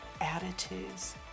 attitudes